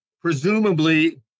presumably